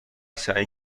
سعی